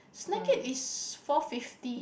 snack it is four fifty